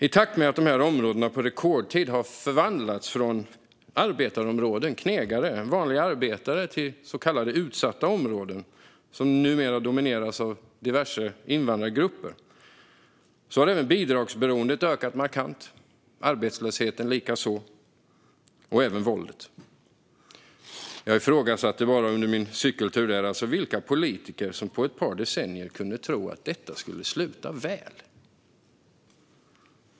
I takt med att dessa områden på rekordtid har förvandlats från arbetarområden - områden med knegare, alltså vanliga arbetare - till så kallade utsatta områden, som numera domineras av diverse invandrargrupper, har även bidragsberoendet ökat markant och likaså arbetslösheten och våldet. Under min cykeltur ifrågasatte jag vilka politiker som på ett par decennier kunde tro att detta skulle sluta väl.